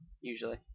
usually